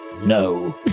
No